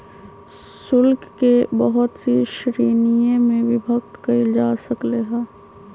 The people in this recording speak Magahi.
शुल्क के बहुत सी श्रीणिय में विभक्त कइल जा सकले है